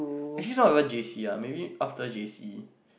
actually not even J_C ah maybe after J_C